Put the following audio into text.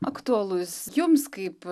aktualus jums kaip